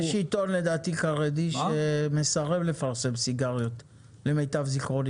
יש עיתון חרדי לדעתי שמסרב לפרסם סיגריות למיטב זיכרוני.